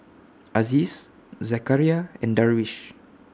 Aziz Zakaria and Darwish